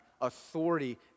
authority